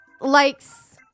likes